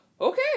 Okay